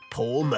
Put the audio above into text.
Paul